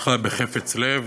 בלשכתך בחפץ לב,